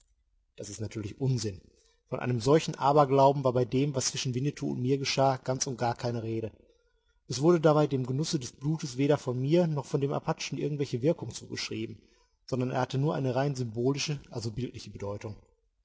das ist natürlich unsinn von einem solchen aberglauben war bei dem was zwischen winnetou und mir geschah ganz und gar keine rede es wurde dabei dem genusse des blutes weder von mir noch von den apachen irgendwelche wirkung zugeschrieben sondern er hatte nur eine rein symbolische also bildliche bedeutung